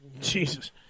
Jesus